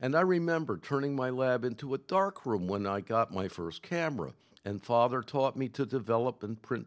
and i remember turning my lab into a dark room when i got my first camera and father taught me to develop and print